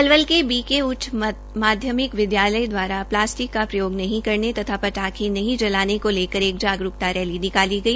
पलवल के B K माध्यमिक विदयालय दवारा प्लास्टिक का प्रयोग नहीं करने तथा पटाखे नहीं जलाने को लेकर एक जागरूकता रैली निकाली गई